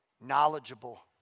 knowledgeable